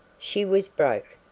she was broke,